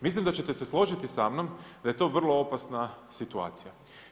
Mislim da ćete se složiti sa mnom da je to vrlo opasna situacija.